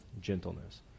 gentleness